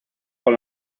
con